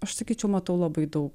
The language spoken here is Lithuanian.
aš sakyčiau matau labai daug